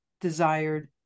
desired